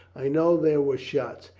i know there were shots.